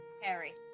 Harry